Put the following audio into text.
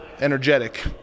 energetic